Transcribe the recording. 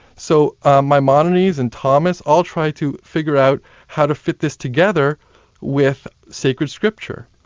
so maimonides and thomas all try to figure out how to fit this together with sacred scripture.